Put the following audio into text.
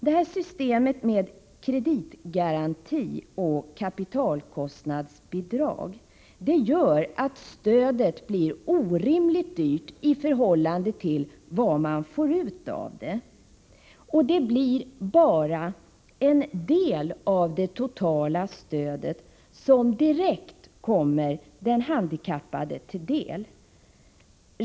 Systemet med kreditgaranti och kapitalkostnadsbidrag gör att stödet blir orimligt dyrt i förhållande till vad man får ut av det. Det blir bara en del av det totala stödet som direkt kommer den handikappade till del.